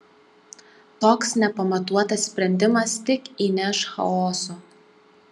toks nepamatuotas sprendimas tik įneš chaoso